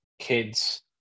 kids